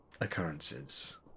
occurrences